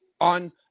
on